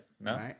No